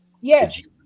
Yes